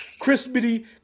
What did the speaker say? crispity